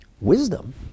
Wisdom